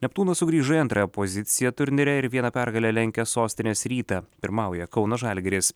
neptūnas sugrįžo į antrąją poziciją turnyre ir viena pergale lenkia sostinės rytą pirmauja kauno žalgiris